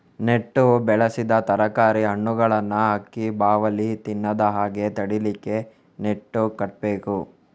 ನೆಟ್ಟು ಬೆಳೆಸಿದ ತರಕಾರಿ, ಹಣ್ಣುಗಳನ್ನ ಹಕ್ಕಿ, ಬಾವಲಿ ತಿನ್ನದ ಹಾಗೆ ತಡೀಲಿಕ್ಕೆ ನೆಟ್ಟು ಕಟ್ಬೇಕು